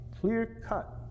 clear-cut